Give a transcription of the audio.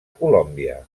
colòmbia